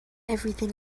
everything